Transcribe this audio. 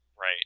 Right